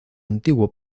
antiguo